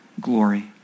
glory